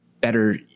better